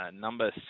Number